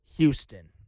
Houston